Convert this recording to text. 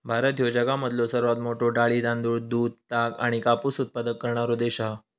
भारत ह्यो जगामधलो सर्वात मोठा डाळी, तांदूळ, दूध, ताग आणि कापूस उत्पादक करणारो देश आसा